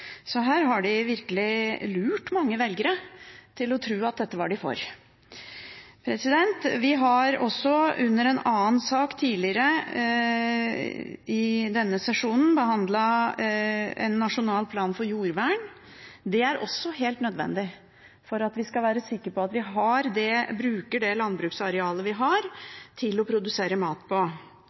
Her har de virkelig lurt mange velgere til å tro at dette var de for. Vi har også som en annen sak tidligere i denne sesjonen behandlet en nasjonal plan for jordvern. Det er også helt nødvendig for at vi skal være sikre på at vi bruker det landbruksarealet vi har, til å produsere mat på. Det er også viktig at vi ikke har en landbrukspolitikk som baserer seg på